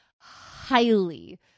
highly